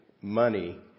money